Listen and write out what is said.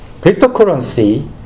Cryptocurrency